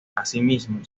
asimismo